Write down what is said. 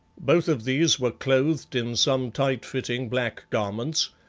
both of these were clothed in some tight-fitting black garments,